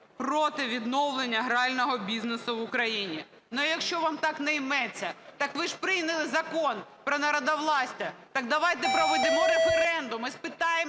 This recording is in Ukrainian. проти відновлення грального бізнесу в Україні. Якщо вам так не йметься, так ви ж прийняли Закон про народовладдя, так давайте проведемо референдум і спитаємо